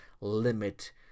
limit